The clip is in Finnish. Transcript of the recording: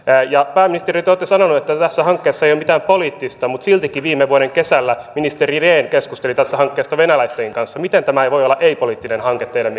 pääministeri te olette sanonut että tässä hankkeessa ei ole mitään poliittista mutta siltikin viime vuoden kesällä ministeri rehn keskusteli tästä hankkeesta venäläisten kanssa miten tämä voi olla ei poliittinen hanke teidän